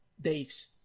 days